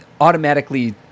automatically